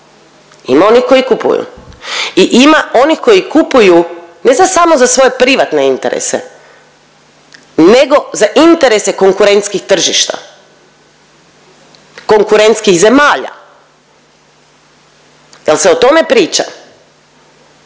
ima onih koji kupuju i ima onih koji kupuju ne za samo za svoje privatne interese nego za interese konkurentskih tržišta konkurentskih zemalja jel se o tome priča,